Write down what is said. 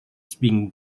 speaking